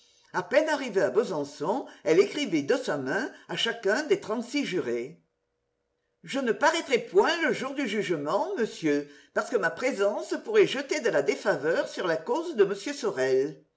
à peine arrivée à besançon elle écrivit de sa main à chacun des trente-six jurés je ne paraîtrai point le jour du jugement monsieur parce que ma présence pourrait jeter de la défaveur sur la cause de m sorel